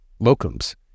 locums